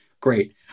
great